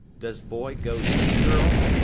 does boy go see girl?